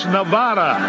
Nevada